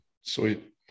Sweet